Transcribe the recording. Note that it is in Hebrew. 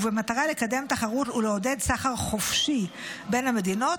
ובמטרה לקדם תחרות ולעודד סחר חופשי בין המדינות,